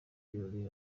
birori